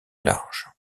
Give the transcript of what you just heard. large